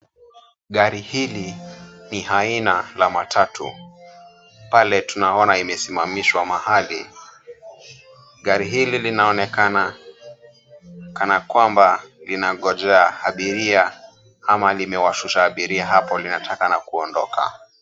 Gari hili ni aina la matatu. Pale tunona imesimamishwa mahali. Gari hili linaonekana kana kwamba linangojea abiria ama limewashusha abiria hapo linatakikana kuondoka.